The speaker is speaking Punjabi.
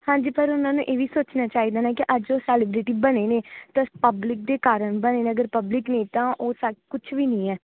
ਹਾਂਜੀ ਪਰ ਉਨ੍ਹਾਂ ਨੂੰ ਇਹ ਵੀ ਸੋਚਣਾ ਚਾਹੀਦਾ ਨਾ ਕਿ ਅੱਜ ਉਹ ਸੈਲੀਬ੍ਰੀਟੀ ਬਣੇ ਨੇ ਤਾਂ ਪਬਲਿਕ ਦੇ ਕਾਰਨ ਬਣੇ ਨੇ ਅਗਰ ਪਬਲਿਕ ਨਹੀਂ ਤਾਂ ਉਹ ਸਭ ਕੁਛ ਵੀ ਨਹੀਂ ਹੈ